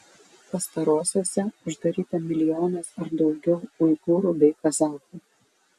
pastarosiose uždaryta milijonas ar daugiau uigūrų bei kazachų